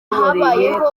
habayeho